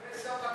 בקנקן.